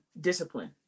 discipline